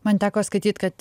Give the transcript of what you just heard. man teko skaityt kad